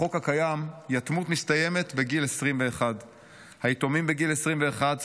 בחוק הקיים יתמות מסתיימת בגיל 21. בגיל 21 היתומים